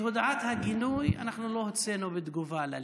את הודעת הגינוי אנחנו לא הוצאנו בתגובה לליכוד,